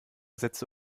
sätze